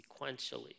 sequentially